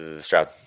Stroud